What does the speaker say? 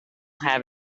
have